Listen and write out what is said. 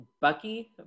Bucky